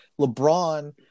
LeBron